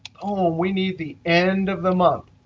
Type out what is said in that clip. um ah we need the end of the month.